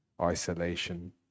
isolation